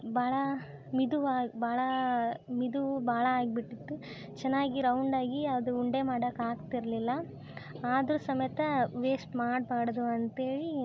ಭಾಳ ಮಿದುವಾಗಿ ಭಾಳ ಮಿದು ಭಾಳ ಆಗಿಬಿಟ್ಟಿತ್ತು ಚೆನ್ನಾಗಿ ರೌಂಡಾಗಿ ಅದು ಉಂಡೆ ಮಾಡಕ್ಕೆ ಆಗ್ತಿರಲಿಲ್ಲ ಆದರೂ ಸಮೇತ ವೇಸ್ಟ್ ಮಾಡ್ಬಾರ್ದು ಅಂತೇಳಿ